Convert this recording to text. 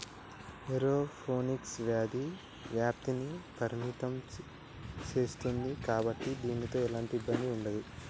aeroponics వ్యాధి వ్యాప్తిని పరిమితం సేస్తుంది కాబట్టి దీనితో ఎలాంటి ఇబ్బంది ఉండదు